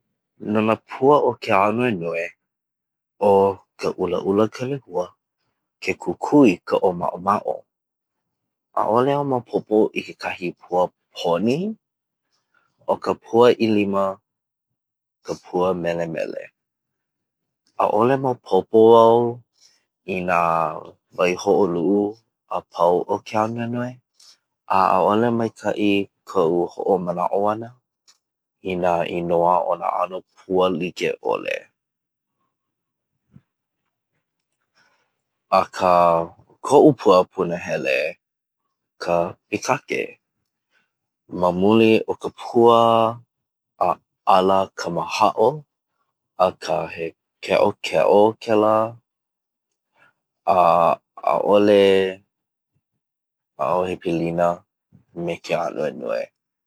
No na pua o ke ānuenue, ʻo ka ʻulaʻula ka lehua, ke kukui ka ʻōmaʻomaʻo, ʻaʻole maopopo au i kekahi pua poni, ʻo ka ʻilima ka pua melemele. ʻAʻole maopopo au i nā waihoʻoluʻu a pau o ke ānuenue a ʻaʻole maikaʻi kaʻu hoʻomanaʻo ana i na inoa o na ʻano pua like ʻole. Akā o koʻu pua punahele ka pīkake mamuli o ka pua ʻaʻala kamahaʻo akā he keʻokeʻo kēlā a ʻaʻole pilina me ke ānuenue.